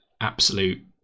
absolute